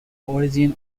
origin